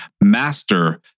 master